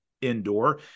indoor